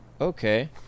Okay